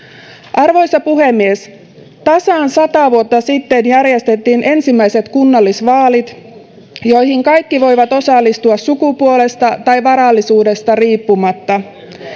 arvoisa puhemies tasan sata vuotta sitten järjestettiin ensimmäiset kunnallisvaalit joihin kaikki voivat osallistua sukupuolesta tai varallisuudesta riippumatta